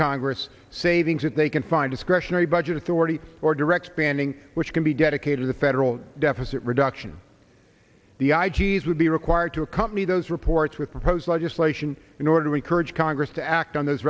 it's savings that they can find discretionary budget authority or direct spending which can be dedicated to federal deficit reduction the i g f would be required to accompany those reports with proposed legislation in order to encourage congress to act on th